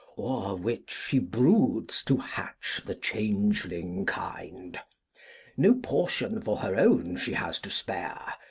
which she broods to hatch the changeling kind no portion for her own she has to spare,